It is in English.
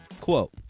quote